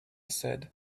said